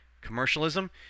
commercialism